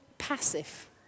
passive